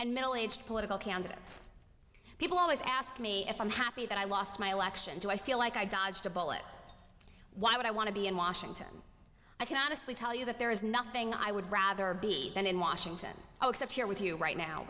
and middle age political candidates people always ask me if i'm happy that i lost my election to i feel like i dodged a bullet why would i want to be in washington i can honestly tell you that there is nothing i would rather be than in washington oh except here with you right now